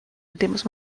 últimos